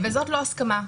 וזאת לא הסכמה,